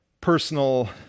personal